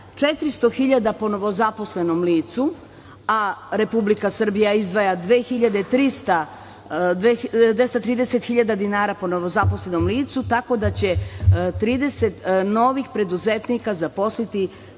400.000 po novozaposlenom licu, a Republika Srbija izdvaja 230.000 dinara po novozaposlenom licu, tako da će 30 novih preduzetnika zaposliti 30